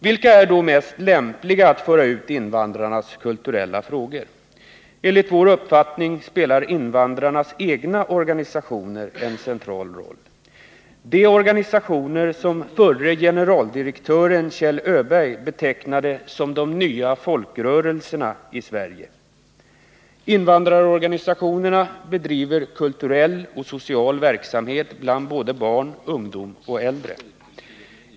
Vilka är då mest lämpliga att föra ut invandrarnas kulturella frågor? Enligt vår uppfattning spelar invandrarnas egna organisationer en central roll — de organisationer som förre generaldirektören Kjell Öberg betecknade som de nya folkrörelserna i Sverige. Invandrarorganisationerna bedriver kulturell och social verksamhet bland såväl barn och ungdom som äldre.